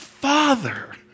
Father